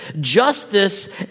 justice